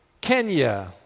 Kenya